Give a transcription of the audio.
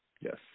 Yes